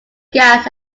gas